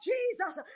Jesus